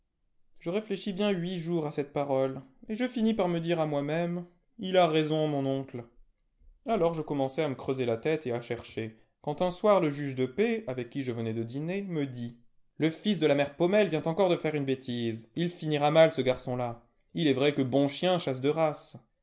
je réfléchis bien huit jours à cette parole et je finis par me dire à moi-même ii a raison mon oncle alors je commençai à me creuser la tête et à chercher quand un soir le juge de paix avec qui je venais de dîner me dit le fils de la mère paumelle vient encore de faire une bêtise il finira mal ce garçon-là ii est vrai que bon chien chasse de race